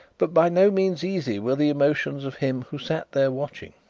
but by no means easy were the emotions of him who sat there watching.